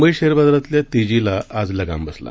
Mumbai share बाजारातल्या तेजीला आज लगाम बसला